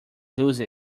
lose